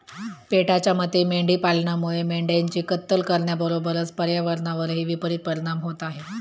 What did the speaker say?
पेटाच्या मते मेंढी पालनामुळे मेंढ्यांची कत्तल करण्याबरोबरच पर्यावरणावरही विपरित परिणाम होत आहे